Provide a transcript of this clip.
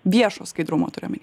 viešo skaidrumo turiu omeny